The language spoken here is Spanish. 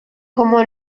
como